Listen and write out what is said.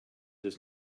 does